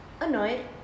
annoyed